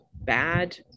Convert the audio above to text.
bad